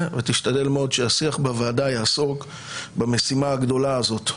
ותשתדל מאוד שהשיח בוועדה יעסוק במשימה הגדולה הזאת.